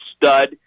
stud